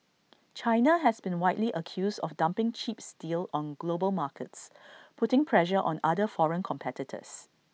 China has been widely accused of dumping cheap steel on global markets putting pressure on other foreign competitors